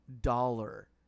dollar